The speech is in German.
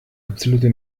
absolute